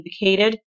indicated